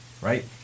Right